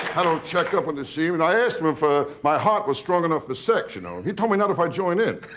check up. and but i asked him if my heart was strong enough for sex ya know, he told me not if i join in.